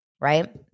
Right